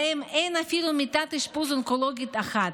בהם אין אפילו מיטת אשפוז אונקולוגית אחת.